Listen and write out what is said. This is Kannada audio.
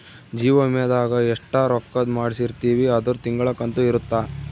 ಜೀವ ವಿಮೆದಾಗ ಎಸ್ಟ ರೊಕ್ಕಧ್ ಮಾಡ್ಸಿರ್ತಿವಿ ಅದುರ್ ತಿಂಗಳ ಕಂತು ಇರುತ್ತ